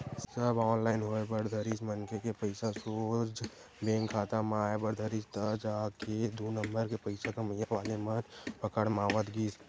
सब online होय बर धरिस मनखे के पइसा सोझ बेंक खाता म आय बर धरिस तब जाके दू नंबर के पइसा कमइया वाले मन पकड़ म आवत गिस